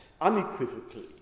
unequivocally